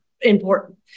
important